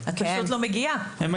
את פשוט לא מגיעה,